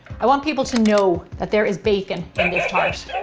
i want people to know that there is bacon in this tart.